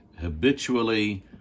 habitually